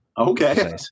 Okay